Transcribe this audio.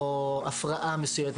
או הפרעה מסוימת,